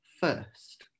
first